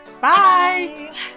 Bye